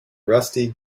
rusty